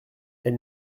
elle